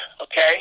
Okay